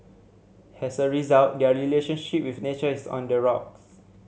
as a result their relationship with nature is on the rocks